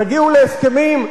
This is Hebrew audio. תגיעו להסכמים.